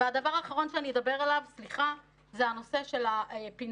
הדבר האחרון שאני אדבר עליו סליחה זה הנושא של הפינוי.